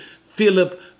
Philip